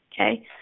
Okay